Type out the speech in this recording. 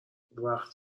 وقت